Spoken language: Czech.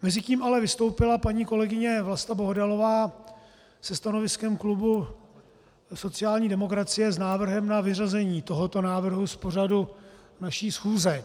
Mezitím ale vystoupila paní kolegyně Vlasta Bohdalová se stanoviskem klubu sociální demokracie, s návrhem na vyřazení tohoto návrhu z pořadu naší schůze.